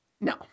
No